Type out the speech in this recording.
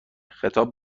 خطاب